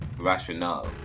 rationale